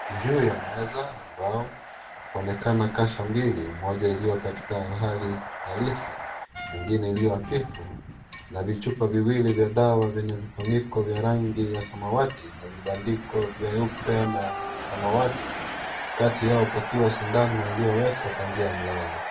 Juu ya meza ya mbao, inaonekana kasha mbili. Moja iliyo katika hali halisi, ingine iliyo hafifu na vichupa viwili vya dawa vyenye vifuniko vya rangi ya samawati na vibandiko vyeupe na samawati. Kati yao pakiwa sindano iliyowekwa kwa njia ya mlango.